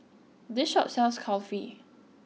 this shop sells Kulfi